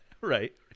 Right